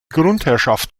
grundherrschaft